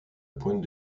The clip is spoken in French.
pointe